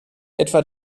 etwa